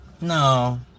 No